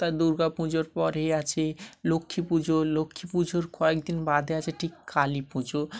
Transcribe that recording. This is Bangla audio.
তার দুর্গাপুজোর পরেই আছে লক্ষ্মী পুজো লক্ষ্মী পুজোর কয়েকদিন বাদে আছে ঠিক কালী পুজো